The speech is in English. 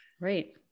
Right